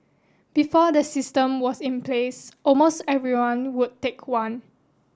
before the system was in place almost everyone would take one